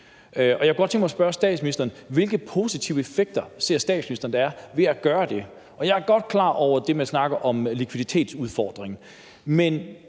Jeg kunne godt tænke mig at spørge statsministeren: Hvilke positive effekter ser statsministeren ved at gøre det? Jeg er godt klar over, at man snakker om likviditetsudfordringen,